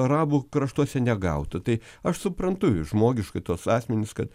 arabų kraštuose negautų tai aš suprantu žmogiškai tuos asmenis kad